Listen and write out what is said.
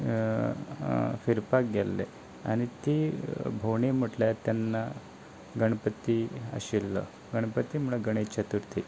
फिरपाक गेल्ले आनी ती भोंव म्हटल्यार तेन्ना गणपती आशिल्लो गणपती म्हुणोन गणेश चतुर्थी